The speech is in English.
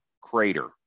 crater